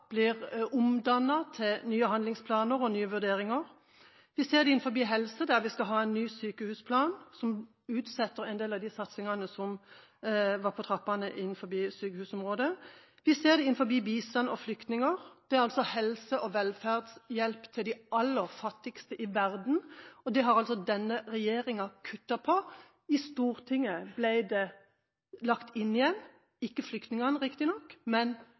blir omdannet til nye handlingsplaner og nye vurderinger. Vi ser det innen helse, der vi skal ha en ny sykehusplan, som utsetter en del av de satsingene som var på trappene innen sykehusområdet. Vi ser det innen bistand og flyktningfeltet. Det er helse- og velferdshjelp til de aller fattigste i verden, og det har altså denne regjeringa kuttet på. I Stortinget ble det lagt inn igjen, ikke når det gjelder flyktninger, riktignok, men